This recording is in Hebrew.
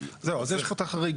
זהו, אז יש לך את החריג.